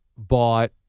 Bought